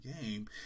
game